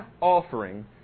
offering